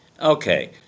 Okay